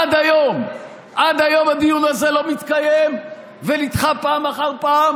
ועד היום הדיון הזה לא התקיים ונדחה פעם אחר פעם